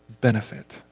benefit